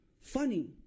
Funny